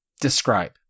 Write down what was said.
describe